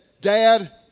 Dad